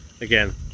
again